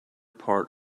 part